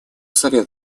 совет